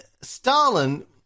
Stalin